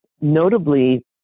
notably